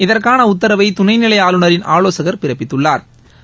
இதற்கான உத்தரவை துணைநிலை ஆளுநரின் ஆலோசகள் பிறப்பித்துள்ளாா்